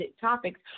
topics